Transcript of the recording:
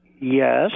Yes